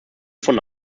von